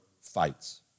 fights